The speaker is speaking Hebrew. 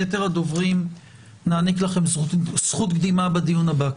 ליתר הדוברים נעניק זכות קדימה בדיון הבא.